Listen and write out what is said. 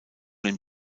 den